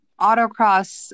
autocross